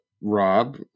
Rob